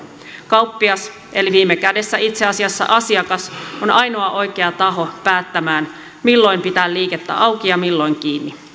kauppias eli viime kädessä itse asiassa asiakas on ainoa oikea taho päättämään milloin pitää liikettä auki ja milloin kiinni